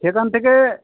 সেখান থেকে